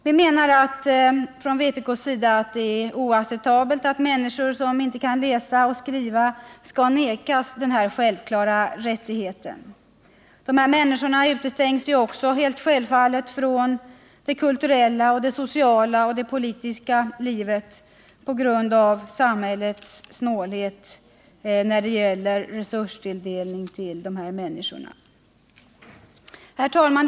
Vi menar från vpk:s sida att det är oacceptabelt att människor som inte kan läsa och skriva skall nekas denna självklara rättighet. Dessa människor utestängs självfallet också från det kulturella, sociala och politiska livet på grund av samhällets snålhet när det gäller resurstilldelning. Herr talman!